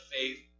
faith